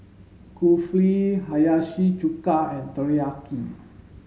Kulfi Hiyashi Chuka and Teriyaki